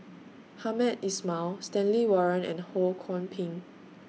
Hamed Ismail Stanley Warren and Ho Kwon Ping